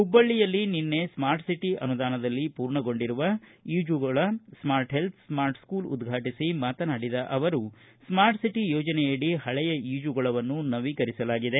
ಹುಬ್ಬಳ್ಳಿಯಲ್ಲಿ ನಿನ್ನೆ ಸ್ವಾರ್ಟಿಒಟ ಅನುದಾನದಲ್ಲಿ ಪೂರ್ಣಗೊಂಡಿರುವ ಈಜುಗೊಳ ಸ್ವಾರ್ಟ ಹೆಲ್ತ್ ಸ್ನಾರ್ಟ ಸ್ಕೂಲ್ ಉದ್ಘಾಟಿಸಿ ಮಾತನಾಡಿದ ಅವರು ಸ್ಕಾರ್ಟ್ ಸಿಟಿ ಯೋಜನೆ ಅಡಿ ಪಳೆಯ ಈಜುಗೊಳವನ್ನು ನವೀಕರಿಸಲಾಗಿದೆ